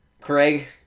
Craig